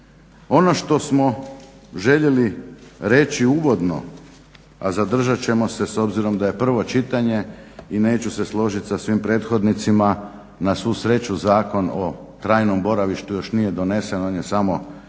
Ono što smo željeli reći uvodno, a zadržat ćemo se s obzirom da je prvo čitanje i neću se složiti sa svim prethodnicima, na svu sreću Zakon o trajnom boravištu još nije donesen on je samo prošao